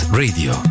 radio